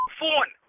phone